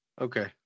Okay